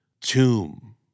Tomb